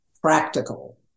practical